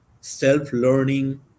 self-learning